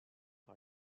par